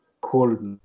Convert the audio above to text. cold